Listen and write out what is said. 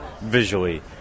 visually